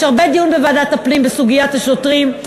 יש הרבה דיונים בוועדת הפנים בסוגיית השוטרים,